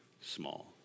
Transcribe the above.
small